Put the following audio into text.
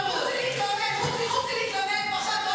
ורוצי להתלונן.